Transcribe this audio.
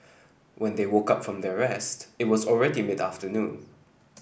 when they woke up from their rest it was already mid afternoon